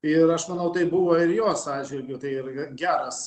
ir aš manau tai buvo ir jos atžvilgiu tai ir geras